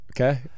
okay